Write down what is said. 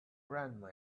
grandma